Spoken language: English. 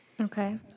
Okay